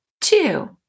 two